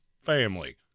Family